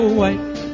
white